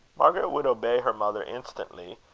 margaret would obey her mother instantly,